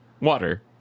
Water